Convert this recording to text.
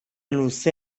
luze